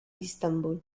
istanbul